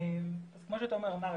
כמו שתומר אמר,